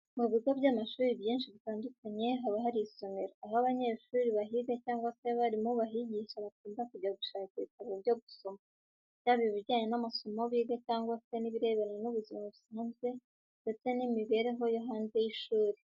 Mu bigo by'amashuri byinshi bitandukanye haba hari isomero, aho abanyeshuri bahiga cyangwa se abarimu bahigisha bakunda kujya gushaka ibitabo byo gusoma, yaba ibijyanye n'amasomo biga cyangwa se ibirebana n'ubuzima busanzwe ndetse n'imibereho yo hanze y'ishuri.